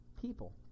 people